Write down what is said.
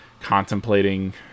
contemplating